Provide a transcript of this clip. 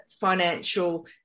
financial